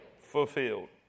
Fulfilled